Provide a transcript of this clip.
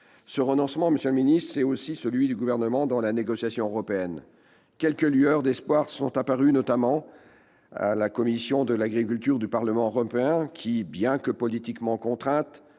Ce renoncement, monsieur le ministre, c'est aussi celui du Gouvernement dans la négociation européenne. Quelques lueurs d'espoir sont apparues, notamment au sein de la commission de l'agriculture du Parlement européen, qui, bien que politiquement contrainte,